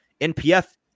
NPF